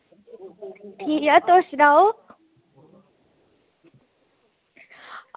ठीक ऐ तुस सनाओ